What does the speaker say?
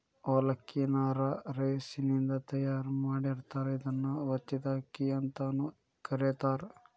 ಅವಲಕ್ಕಿ ನ ರಾ ರೈಸಿನಿಂದ ತಯಾರ್ ಮಾಡಿರ್ತಾರ, ಇದನ್ನ ಒತ್ತಿದ ಅಕ್ಕಿ ಅಂತಾನೂ ಕರೇತಾರ